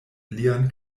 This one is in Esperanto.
lian